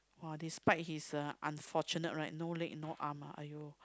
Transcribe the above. uh despite he's a unfortunate right no leg no arm ah !aiyo!